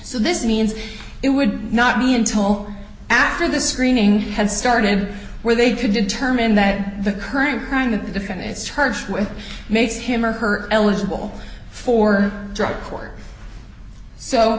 so this means it would not be until after the screening had started where they could determine that the current crime to defend its charge with makes him or her eligible for drug court so